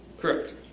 Correct